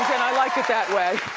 and i like it that way.